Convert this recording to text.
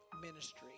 ministry